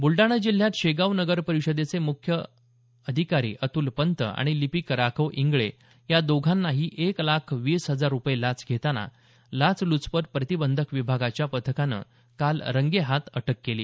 ब्लडाणा जिल्ह्यात शेगाव नगर परीषदेचे मुख्य अधिकारी अतुल पंत आणि लिपीक राघव इंगळे या दोघांनाही एक लाख वीस हजार रुपये लाच घेताना लाचलुचपत प्रतिबंधक विभागाच्या पथकानं काल रंगेहात अटक केली